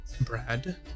Brad